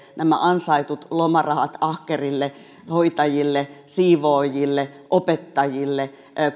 nämä ansaitut lomarahat ahkerille hoitajille siivoojille opettajille ja